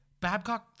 Babcock